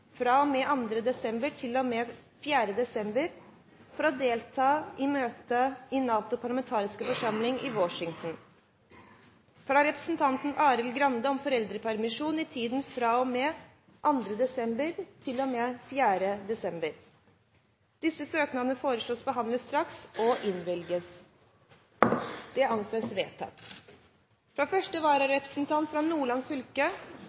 desember til og med 4. desember for å delta i møte i NATOs parlamentariske forsamling i Washington fra representanten Arild Grande om foreldrepermisjon i tiden fra og med 2. desember til og med 4. desember Disse søknader foreslås behandlet straks og innvilget. – Det anses vedtatt. Fra første